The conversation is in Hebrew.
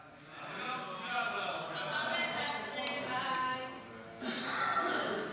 חוק ומשפט לדיון בוועדה המשותפת של ועדת החוקה,